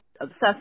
obsessed